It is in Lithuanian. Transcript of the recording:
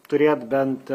turėt bent